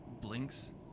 blinks